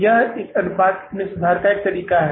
यह इस अनुपात में सुधार का एक तरीका है